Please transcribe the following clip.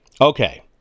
okay